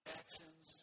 actions